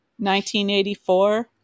1984